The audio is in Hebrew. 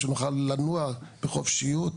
שנוכל לנוע בחופשיות,